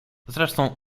zresztą